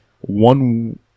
one